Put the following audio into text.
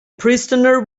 prisoner